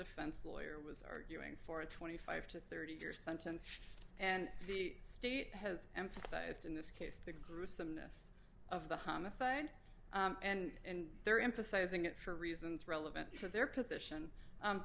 defense lawyer was arguing for a twenty five to thirty year sentence and the state has emphasized in this case the gruesomeness of the homicide and they're emphasizing it for reasons relevant to their position